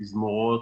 תזמורות,